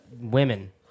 Women